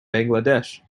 bangladesh